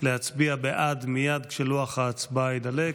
להצביע בעד, מייד כשלוח ההצבעה יידלק.